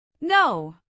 No